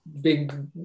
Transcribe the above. big